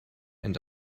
and